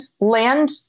land